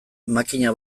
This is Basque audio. makina